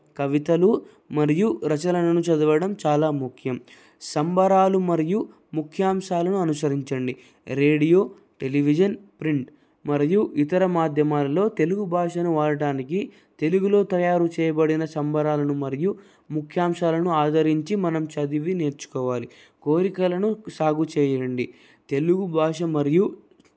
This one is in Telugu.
కవితలు మరియు రచనలను చదవడం చాలా ముఖ్యం సంబరాలు మరియు ముఖ్యాంశాలను అనుసరించండి రేడియో టెలివిజన్ ప్రింట్ మరియు ఇతర మాధ్యమాలలో తెలుగు భాషను వాడడానికి తెలుగులో తయారు చేయబడిన సంబరాలను మరియు ముఖ్యాంశాలను ఆదరించి మనం చదివి నేర్చుకోవాలి కోరికలను సాగు చేయండి తెలుగు భాష మరియు